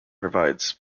provides